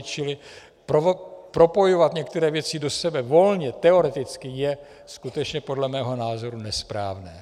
Čili propojovat některé věci do sebe volně teoreticky je skutečně podle mého názoru nesprávné.